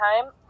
time